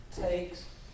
takes